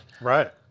right